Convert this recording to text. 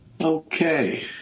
Okay